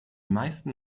meisten